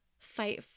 fight